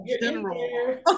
general